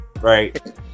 right